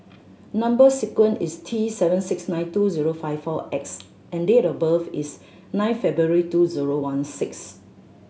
number sequence is T seven six nine two zero five four X and date of birth is nine February two zero one six